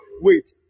wait